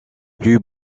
plus